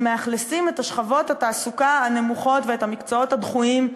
הם מאכלסים את שכבות התעסוקה הנמוכות ואת המקצועות הדחויים,